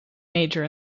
major